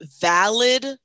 valid